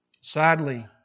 Sadly